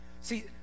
See